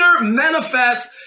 manifest